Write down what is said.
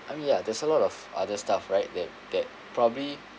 I mean ya there's a lot of other stuff right that that probably